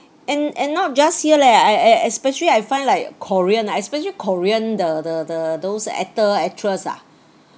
and and not just here leh I I especially I find like korean especially korean the the the those actor actress ah